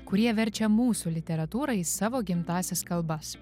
kurie verčia mūsų literatūrą į savo gimtąsias kalbas